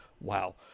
wow